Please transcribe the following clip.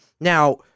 Now